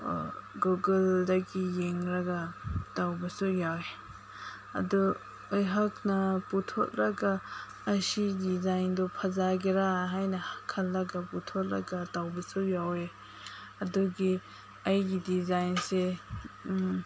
ꯒꯨꯒꯜꯗꯒꯤ ꯌꯦꯡꯂꯒ ꯇꯧꯕꯁꯨ ꯌꯥꯎꯋꯦ ꯑꯗꯨ ꯑꯩꯍꯥꯛꯅ ꯄꯨꯊꯣꯛꯂꯒ ꯑꯁꯤ ꯗꯤꯖꯥꯏꯟꯗꯨ ꯐꯖꯒꯦꯔꯥ ꯍꯥꯏꯅ ꯈꯜꯂꯒ ꯄꯨꯊꯣꯛꯂꯒ ꯇꯧꯕꯁꯨ ꯌꯥꯎꯋꯦ ꯑꯗꯨꯒꯤ ꯑꯩꯒꯤ ꯗꯤꯖꯥꯏꯟꯁꯦ